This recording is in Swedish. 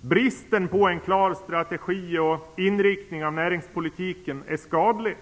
Bristen på en klar strategi och inriktning av näringspolitiken är skadlig.